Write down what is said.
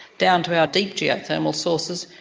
down to our deep geothermal sources,